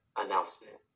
announcement